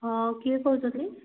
ହଁ କିଏ କହୁଛନ୍ତି